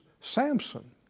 Samson